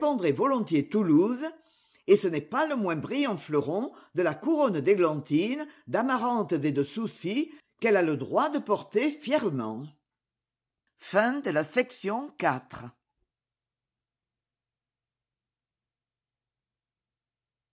volontiers toulouse et ce n'est pas le moins brillant fleuron de la couronne d'églantines d'amaranthes et de soucis qu'elle a le droit de porter fièrement